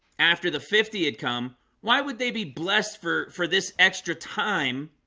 after the fifty had come why would they be blessed for for this extra time?